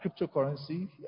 Cryptocurrency